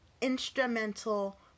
instrumental